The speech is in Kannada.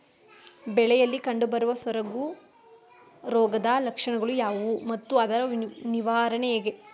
ಬೆಳೆಯಲ್ಲಿ ಕಂಡುಬರುವ ಸೊರಗು ರೋಗದ ಲಕ್ಷಣಗಳು ಯಾವುವು ಮತ್ತು ಅದರ ನಿವಾರಣೆ ಹೇಗೆ?